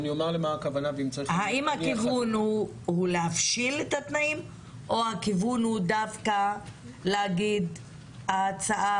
האם הכיוון הוא להבשיל את התנאים או שהכיוון הוא דווקא להגיד שההצעה